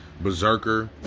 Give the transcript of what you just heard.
Berserker